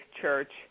church